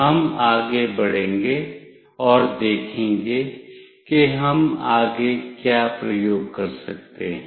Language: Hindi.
हम आगे बढ़ेंगे और देखेंगे कि हम आगे क्या प्रयोग कर सकते हैं